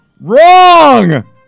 Wrong